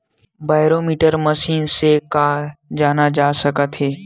Barometer machine से का जाना जा सकत हे?